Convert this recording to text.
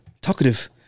talkative